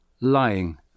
Lying